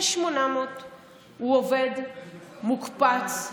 6,800. הוא עובד, מוקפץ.